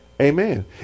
Amen